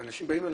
אנשים באים אליי,